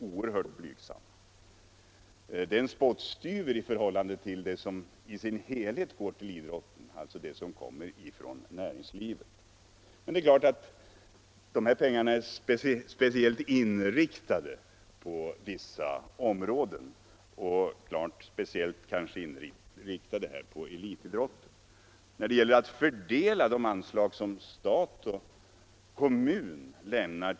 Bidragen från näringslivet är en spottstyver i förhållande till det som i sin helhet går till idrotten. Men dessa bidrag är naturligtvis inriktade på vissa områden, speciellt på elitidrotten. De offentliga bidragen lämnas av stat och kommuner.